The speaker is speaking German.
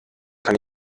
kann